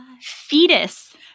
fetus